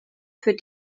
für